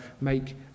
make